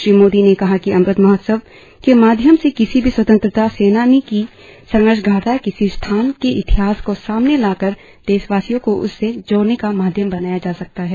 श्री मोदी ने कहा कि अमृत महोत्सव के माध्यम से किसी भी स्वतंत्रता सेनानी की संघर्ष गाथा किसी स्थान के इतिहास को सामने लाकर देशवासियों को उससे जोड़ने का माध्यम बनाया जा सकता है